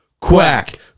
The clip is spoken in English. Quack